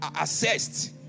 assessed